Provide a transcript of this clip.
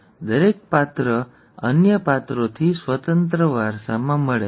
દરેક પાત્ર અન્ય પાત્રોથી સ્વતંત્ર વારસામાં મળે છે